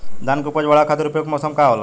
धान के उपज बढ़ावे खातिर उपयुक्त मौसम का होला?